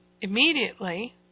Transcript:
immediately